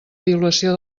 violació